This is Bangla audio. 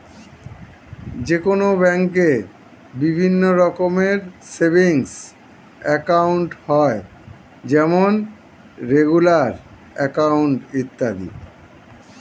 যে কোনো ব্যাঙ্কে বিভিন্ন রকমের সেভিংস একাউন্ট হয় যেমন রেগুলার অ্যাকাউন্ট, ইত্যাদি